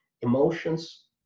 emotions